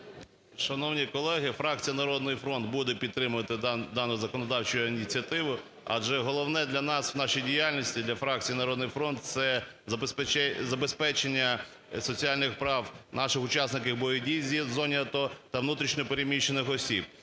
Шановні колеги! Фракція "Народний фронт" буде підтримувати дану законодавчу ініціативу, адже головне для нас в нашій діяльності для фракції "Народний фронт" це забезпечення соціальних прав наших учасників бойовий дій в зоні АТО та внутрішньо переміщених осіб.